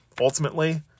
ultimately